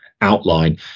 outline